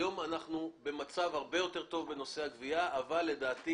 היום אנחנו במצב הרבה יותר טוב בהיקף הגבייה אבל לדעתי